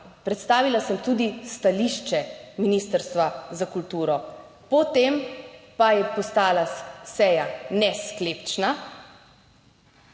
Predstavila sem tudi stališče Ministrstva za kulturo, potem pa je postala seja nesklepčna